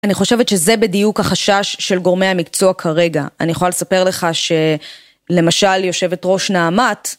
אני חושבת שזה בדיוק החשש של גורמי המקצוע כרגע. אני יכולה לספר לך שלמשל יושבת ראש נעמ"ת.